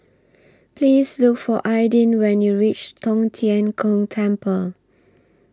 Please Look For Aydin when YOU REACH Tong Tien Kung Temple